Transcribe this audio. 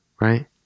Right